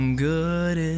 good